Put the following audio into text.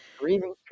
breathing